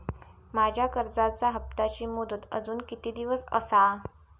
माझ्या कर्जाचा हप्ताची मुदत अजून किती दिवस असा?